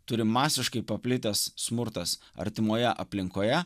turi masiškai paplitęs smurtas artimoje aplinkoje